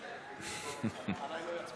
עם החברים חמד עמאר ורוברט אילטוב וחברת הכנסת